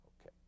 Okay